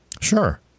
Sure